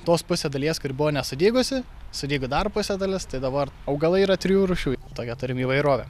tos pusė dalies kuri buvo nesudygusi sudygo dar pusė dalis tai dabar augalai yra trijų rūšių tokią turim įvairovę